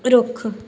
ਰੁੱਖ